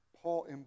Paul